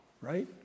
right